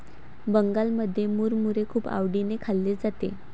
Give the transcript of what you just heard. बंगालमध्ये मुरमुरे खूप आवडीने खाल्ले जाते